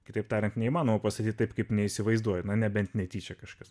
kitaip tariant neįmanoma pasakyti taip kaip neįsivaizduojama nebent netyčia kažkas